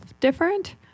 different